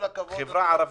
החברה הערבית,